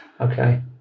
okay